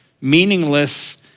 meaningless